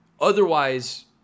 Otherwise